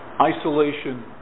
Isolation